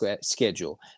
schedule